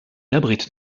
abrite